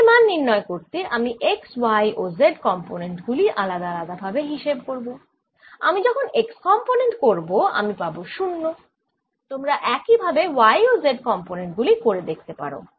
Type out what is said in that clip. এর মান নির্ণয় করতে আমি x y ও z কম্পোনেন্ট গুলি আলাদা আলাদা ভাবে হিসেব করব আমি যখন x কম্পোনেন্ট করব আমি পাবো 0 তোমরা একই ভাবে y ও z কম্পোনেন্ট গুলি করে দেখতে পারো